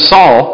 Saul